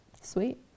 Sweet